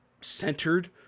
centered